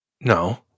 No